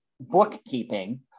bookkeeping